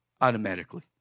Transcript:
automatically